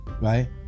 right